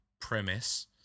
premise